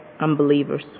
unbelievers